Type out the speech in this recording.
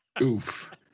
Oof